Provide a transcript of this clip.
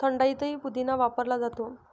थंडाईतही पुदिना वापरला जातो